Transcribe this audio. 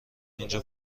اینجا